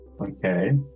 Okay